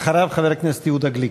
אחריו, חבר הכנסת יהודה גליק.